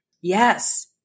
Yes